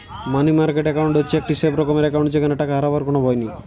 মানি market account হচ্ছে একটি safe রকমের একাউন্ট যেখানে টাকা হারাবার কোনো ভয় নাই